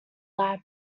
lab